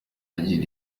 agira